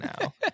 now